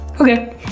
Okay